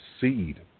seed